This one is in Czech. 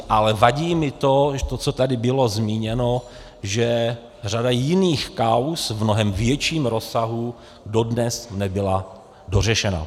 Ale vadí mi to, co tady bylo zmíněno, že řada jiných kauz v mnohem větším rozsahu dodnes nebyla dořešena.